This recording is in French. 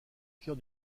cœur